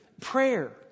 prayer